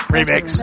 Remix